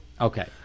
okay